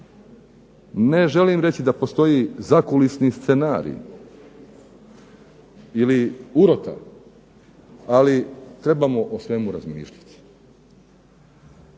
Ne želim reći da postoji zakulisni scenarij ili urota, ali trebamo o svemu razmišljati.